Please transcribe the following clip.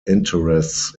interests